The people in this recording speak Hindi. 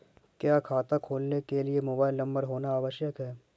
क्या खाता खोलने के लिए मोबाइल नंबर होना आवश्यक है?